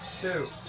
two